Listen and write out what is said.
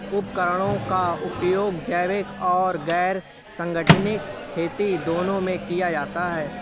उपकरणों का उपयोग जैविक और गैर संगठनिक खेती दोनों में किया जाता है